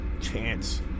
chance